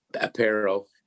apparel